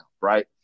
right